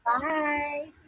Bye